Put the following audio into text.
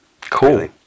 Cool